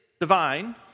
divine